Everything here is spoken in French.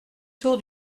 tour